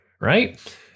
right